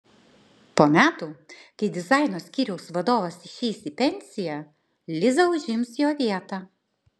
po metų kai dizaino skyriaus vadovas išeis į pensiją liza užims jo vietą